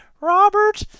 Robert